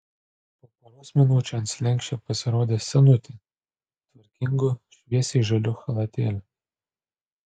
po poros minučių ant slenksčio pasirodė senutė tvarkingu šviesiai žaliu chalatėliu